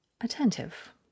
attentive